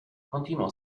continuò